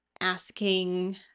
asking